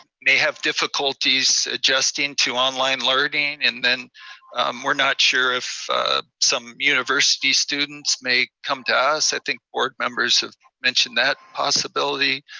may have difficulties adjusting to online learning, and then we're not sure of some university university students may come to us. i think board members have mentioned that possibility.